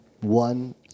one